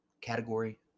category